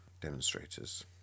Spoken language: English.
demonstrators